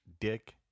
dick